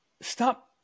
Stop